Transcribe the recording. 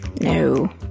No